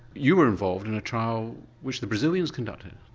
you were involved in a trial which the brazilians conducted.